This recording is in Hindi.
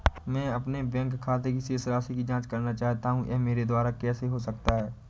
मैं अपने बैंक खाते की शेष राशि की जाँच करना चाहता हूँ यह मेरे द्वारा कैसे हो सकता है?